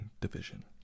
Division